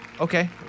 okay